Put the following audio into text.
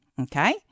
Okay